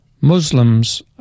Muslims